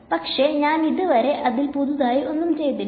പക്ഷെ ഞാൻ ഇത് വരെ അതിൽ പുതുതായി ഒന്നും ചെയ്തില്ല